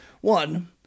One